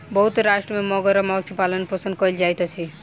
बहुत राष्ट्र में मगरक पालनपोषण कयल जाइत अछि